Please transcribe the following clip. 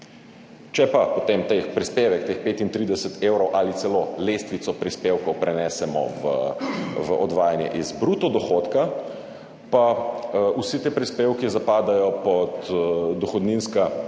Če pa potem ta prispevek, teh 35 evrov ali celo lestvico prispevkov prenesemo v odvajanje iz bruto dohodka, pa vsi ti prispevki zapadejo pod dohodninska